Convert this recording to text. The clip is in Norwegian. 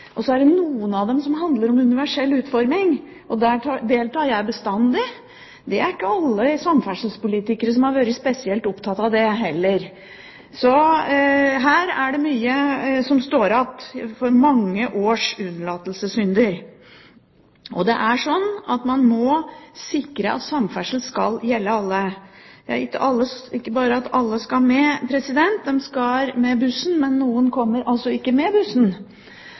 i. Så er det noen som handler om universell utforming. Der deltar jeg bestandig. Det er ikke alle samferdselspolitikere som har vært spesielt opptatt av det heller, så her er det mye som står igjen etter mange års unnlatelsessynder. Det er slik at man må sikre at samferdsel skal gjelde alle. Det er ikke bare det at alle skal med. De skal med bussen, men noen kommer altså ikke med